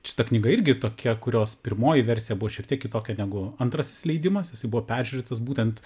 šita knyga irgi tokia kurios pirmoji versija buvo šiek tiek kitokia negu antrasis leidimas jisai buvo peržiūrėtas būtent